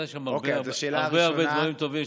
האם יש כוונה לדחות מקדמות של החודשים הקרובים?